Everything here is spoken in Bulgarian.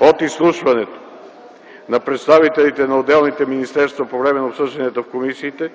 От изслушването на представителите на отделните министерства по време на обсъжданията в комисиите